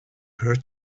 her